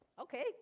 Okay